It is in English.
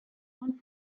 one